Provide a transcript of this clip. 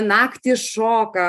naktį šoka